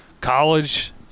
college